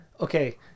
Okay